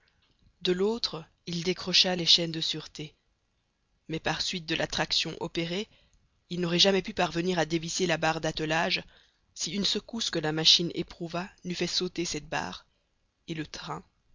de l'autre il décrocha les chaînes de sûreté mais par suite de la traction opérée il n'aurait jamais pu parvenir à dévisser la barre d'attelage si une secousse que la machine éprouva n'eût fait sauter cette barre et le train